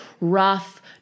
rough